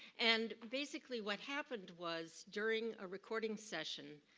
and basically what happened was during a recording session,